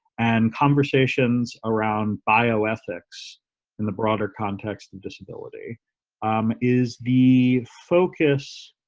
and conversations around bioethics in the broader context and disability is the focus.